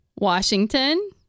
Washington